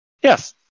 Yes